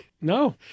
No